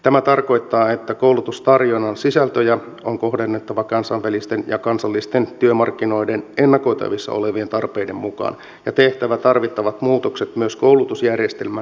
tämä tarkoittaa että koulutustarjonnan sisältöjä on kohdennettava kansainvälisten ja kansallisten työmarkkinoiden ennakoitavissa olevien tarpeiden mukaan ja tehtävä tarvittavat muutokset myös koulutusjärjestelmän rakenteessa